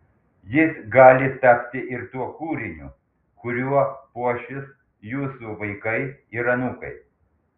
jis gali tapti ir tuo kūriniu kuriuo puošis jūsų vaikai ir anūkai